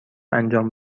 انجام